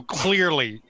clearly